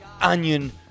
onion